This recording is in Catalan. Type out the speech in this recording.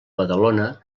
badalona